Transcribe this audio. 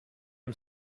him